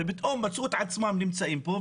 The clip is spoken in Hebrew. הם פתאום מצאו את עצמם נמצאים פה,